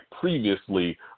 previously